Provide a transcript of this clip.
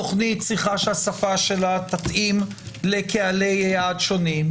תוכנית צריכה שהשפה שלה תתאים לקהלי יעד שונים,